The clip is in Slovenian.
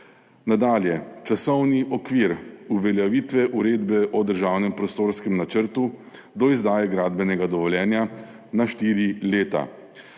Nadalje, časovni okvir uveljavitve uredbe o državnem prostorskem načrtu do izdaje gradbenega dovoljenja na štiri leta.